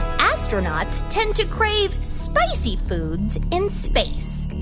astronauts tend to crave spicy foods in space?